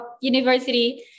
university